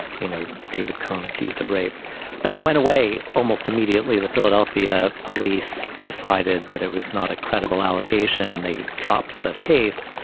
you know, david cohn, accused of rape that went away almost immediately. the philadelphia police decided that it was not a credible allegation and they dropped the case.